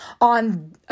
on